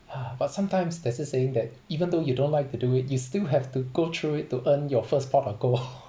but sometimes there's this saying that even though you don't like to do it you still have to go through it to earn your first pot of gold